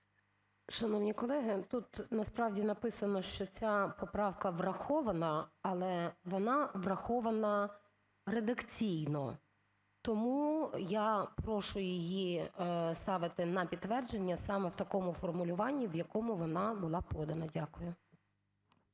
Шановні колеги, тут насправді написано, що ця поправка врахована, але вона врахована редакційно. Тому я прошу її ставити на підтвердження саме в такому формулюванні, в якому вона була подана. Дякую.